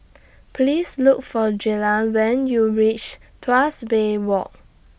Please Look For Jalan when YOU REACH Tuas Bay Walk